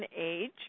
age